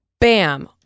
bam